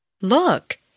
Look